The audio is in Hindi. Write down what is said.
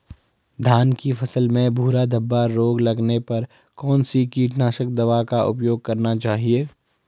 धान की फसल में भूरा धब्बा रोग लगने पर कौन सी कीटनाशक दवा का उपयोग करना चाहिए?